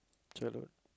jialat